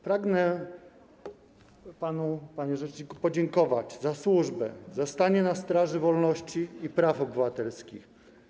Pragnę panu, panie rzeczniku, podziękować za służbę, za stanie na straży wolności i praw obywatelskich.